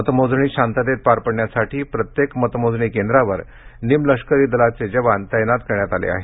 मतमोजणी शांततेत पार पडण्यासाठी प्रत्येक मतमोजणी केंद्रावर निम लष्करी दलाचे जवान तैनात करण्यात आले आहेत